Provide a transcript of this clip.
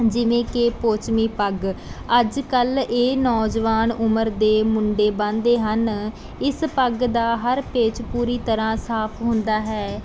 ਜਿਵੇਂ ਕਿ ਪੋਚਮੀ ਪੱਗ ਅੱਜ ਕੱਲ੍ਹ ਇਹ ਨੌਜਵਾਨ ਉਮਰ ਦੇ ਮੁੰਡੇ ਬੰਨ੍ਹਦੇ ਹਨ ਇਸ ਪੱਗ ਦਾ ਹਰ ਪੇਚ ਪੂਰੀ ਤਰਾਂ ਸਾਫ਼ ਹੁੰਦਾ ਹੈ